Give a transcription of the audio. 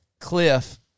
Cliff